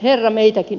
herra meitäkin